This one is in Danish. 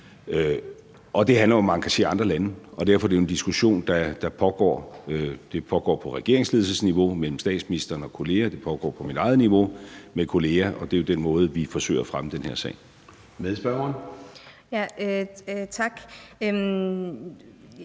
Det handler jo om at engagere andre lande, og derfor er det jo en diskussion, der pågår på regeringsledelsesniveau mellem statsministeren og kolleger, det pågår på mit eget niveau med kolleger; og det er jo den måde, vi forsøger at fremme den her sag på. Kl.